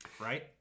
right